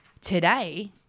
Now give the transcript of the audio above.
today